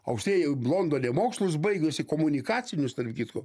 austėja jau londone mokslus baigusi komunikacinius tarp kitko